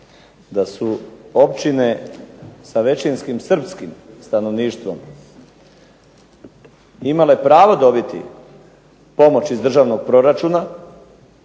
da su općine sa većinskim Srpskim stanovništvom imale pravo dobiti pomoć iz državnog proračuna,